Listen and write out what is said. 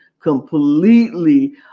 completely